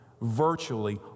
Virtually